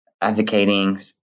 advocating